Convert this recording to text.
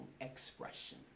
expression